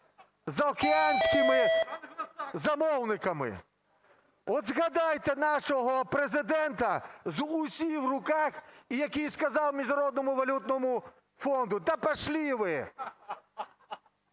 заокеанськими замовниками? От загадайте нашого Президентах з ...... в руках, який сказав Міжнародному валютному фонду: "Та пошли ви!".